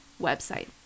website